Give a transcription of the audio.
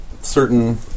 certain